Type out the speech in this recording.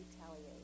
retaliate